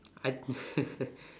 I